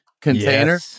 container